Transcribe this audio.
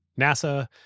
NASA